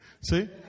See